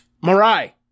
Marai